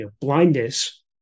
blindness